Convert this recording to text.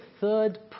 third